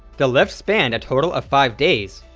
the lift spanned a total of five days,